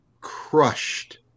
crushed